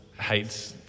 hates